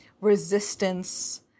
resistance